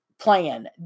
plan